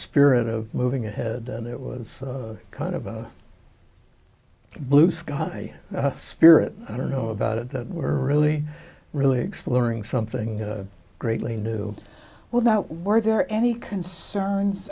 spirit of moving ahead and it was kind of a blue sky spirit i don't know about it that were really really exploring something greatly knew well that were there any concerns